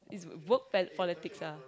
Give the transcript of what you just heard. it a work work politics